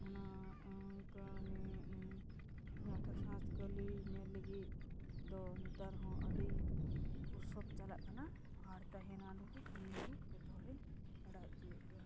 ᱚᱱᱟ ᱚᱱᱠᱟ ᱩᱱᱤ ᱥᱟᱸᱥᱠᱟᱹᱞᱤ ᱧᱮᱞ ᱞᱟᱹᱜᱤᱫ ᱫᱚ ᱱᱮᱛᱟᱨ ᱦᱚᱸ ᱟᱹᱰᱤ ᱩᱛᱥᱚᱵ ᱪᱟᱞᱟᱜ ᱠᱟᱱᱟ ᱟᱨ ᱛᱟᱦᱮᱱᱟ ᱩᱱᱤ ᱡᱚᱛᱚ ᱦᱚᱲᱤᱧ ᱵᱟᱲᱟᱭ ᱚᱪᱚᱭᱮᱫ ᱯᱮᱭᱟ